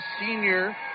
senior